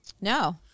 no